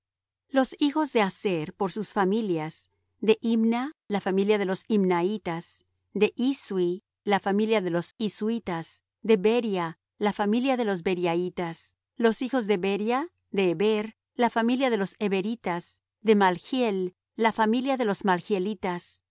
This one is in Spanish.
los hijos de judá por sus familias de sela la familia de los selaitas de phares la familia de los pharesitas de zera la familia de los zeraitas y fueron los hijos de phares de hesrón la familia de los hesronitas de hamul la familia de los